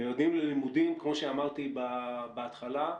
וכמו שאמרתי בהתחלה,